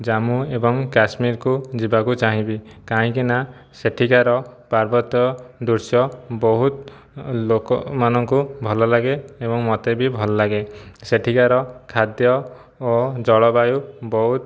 ଜାମ୍ମୁ ଏବଂ କାଶ୍ମୀରକୁ ଯିବାକୁ ଚାହିଁବି କାହିଁକିନା ସେଠିକାର ପାର୍ବତ୍ୟ ଦୃଶ୍ୟ ବହୁତ ଲୋକମାନଙ୍କୁ ଭଲଲାଗେ ଏବଂ ମୋତେ ବି ଭଲଲାଗେ ସେଠିକାର ଖାଦ୍ୟ ଓ ଜଳବାୟୁ ବହୁତ